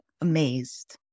amazed